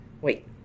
Wait